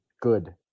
Good